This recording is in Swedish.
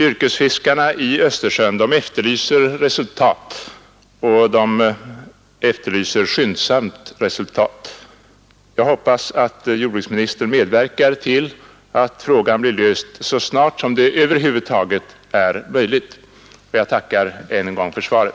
Yrkesfiskarna i Östersjön efterlyser resultat, och de efterlyser skyndsamt resultat. Jag hoppas att jordbruksministern medverkar till att frågan blir löst så snart som det över huvud taget är möjligt, och jag tackar än en gång för svaret.